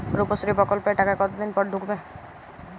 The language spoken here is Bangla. রুপশ্রী প্রকল্পের টাকা কতদিন পর ঢুকবে?